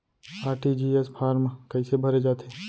RTGS form कइसे भरे जाथे?